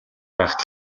байхад